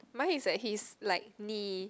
mine is like he's like me